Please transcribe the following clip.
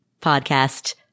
podcast